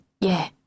Yeah